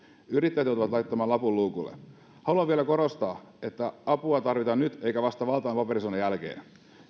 yrittäjät joutuvat laittamaan lapun luukulle haluan vielä korostaa että apua tarvitaan nyt eikä vasta valtavan paperisodan jälkeen